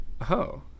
Oh